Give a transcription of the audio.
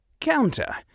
counter